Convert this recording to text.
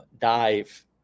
dive